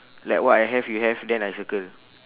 like what I have you have then I circle